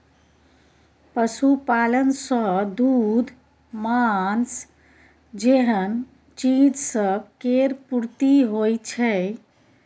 पशुपालन सँ दूध, माँस जेहन चीज सब केर पूर्ति होइ छै